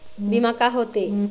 बीमा का होते?